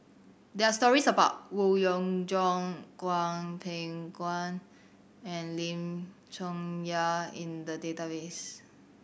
there are stories about Howe Yoon Chong Hwang Peng Guan and Lim Chong Yah in the database